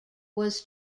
was